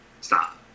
stop